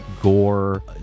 gore